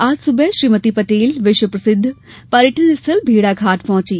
आज सुबह श्रीमती पटेल विश्व प्रसिद्ध पयर्टन स्थल मेड़ाघाट पहुंची